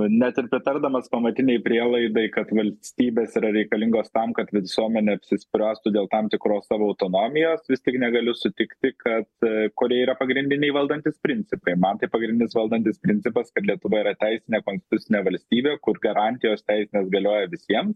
net ir pritardamas pamatinei prielaidai kad valstybės yra reikalingos tam kad visuomenė apsispręstų dėl tam tikros savo autonomijos vis tik negaliu sutikti kad kurie yra pagrindiniai valdantys principai man tai pagrindinis valdantis principas kad lietuva yra teisinė konstitucinė valstybė kur garantijos teisinės galioja visiem